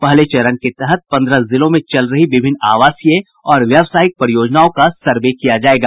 पहले चरण के तहत पन्द्रह जिलों में चल रही विभिन्न आवासीय और व्यावसायिक परियोजनाओं का सर्वे किया जायेगा